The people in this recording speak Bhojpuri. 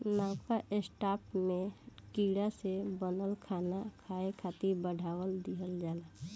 नवका स्टार्टअप में कीड़ा से बनल खाना खाए खातिर बढ़ावा दिहल जाता